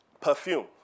perfume